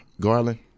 Garland